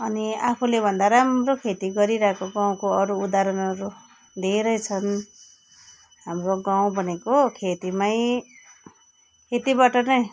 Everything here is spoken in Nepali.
अनि आफूलेभन्दा राम्रो खेती गरिरहेको गाउँको अरू उदाहरणहरू धेरै छन् हाम्रो गाउँ भनेको खेतीमै खेतीबाट नै